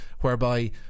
whereby